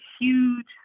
huge